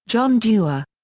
john dewar.